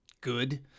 good